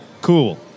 Cool